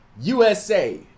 usa